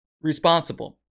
responsible